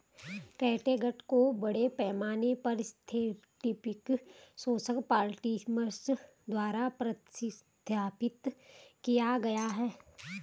catgut को बड़े पैमाने पर सिंथेटिक शोषक पॉलिमर द्वारा प्रतिस्थापित किया गया है